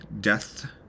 death